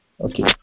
Okay